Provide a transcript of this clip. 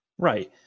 Right